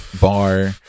bar